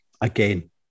again